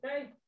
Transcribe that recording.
okay